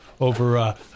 over